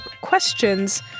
questions